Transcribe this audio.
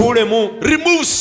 Remove